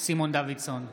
סימון דוידסון,